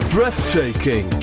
breathtaking